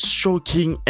shocking